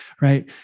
right